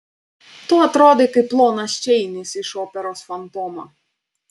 tu atrodai kaip lonas čeinis iš operos fantomo